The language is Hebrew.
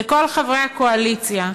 לכל חברי הקואליציה,